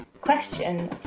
question